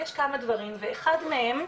ויש כמה דברים ואחד מהם,